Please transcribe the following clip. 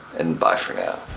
and bye for now.